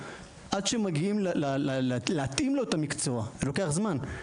עד שמתאימים לו את המקצוע לוקח זמן,